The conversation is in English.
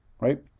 right